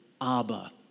Abba